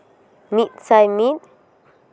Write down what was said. ᱢᱤᱫ ᱥᱟᱭ ᱢᱤᱫ